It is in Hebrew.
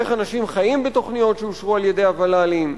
איך אנשים חיים בתוך תוכניות שאושרו על-ידי הוול"לים.